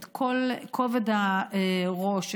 את כל כובד הראש,